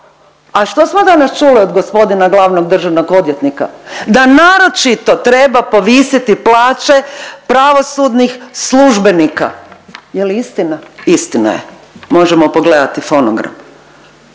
A što smo danas čuli od gospodina glavnog državnog odvjetnika? Da naročito treba povisiti plaće pravosudnih službenika. Je li istina? Istina je. Možemo pogledati fonogram.